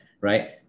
right